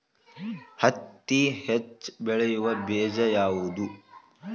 ಹತ್ತಿ ಹೆಚ್ಚ ಬೆಳೆಯುವ ಬೇಜ ಯಾವುದು?